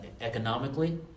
economically